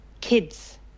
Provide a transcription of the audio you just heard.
kids